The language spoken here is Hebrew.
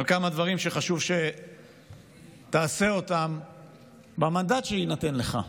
אני כן רוצה לדבר איתך על כמה דברים שחשוב שתעשה במנדט שיינתן לך.